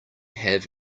have